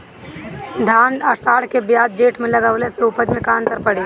धान आषाढ़ के बजाय जेठ में लगावले से उपज में का अन्तर पड़ी?